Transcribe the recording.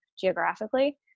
geographically